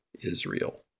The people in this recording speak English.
Israel